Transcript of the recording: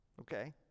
Okay